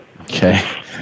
Okay